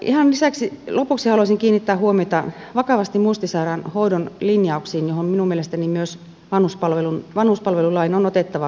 ihan lopuksi haluaisin kiinnittää huomiota vakavasti muistisairaan hoidon linjauksiin johon minun mielestäni myös vanhuspalvelulain on otettava kantaa